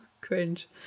cringe